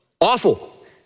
Awful